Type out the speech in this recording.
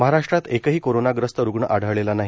महाराष्ट्रात एकही कोरोनाग्रस्त रु ग्ण आढळलेला नाही